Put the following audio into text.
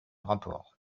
rapports